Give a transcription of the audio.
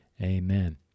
Amen